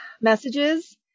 messages